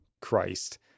Christ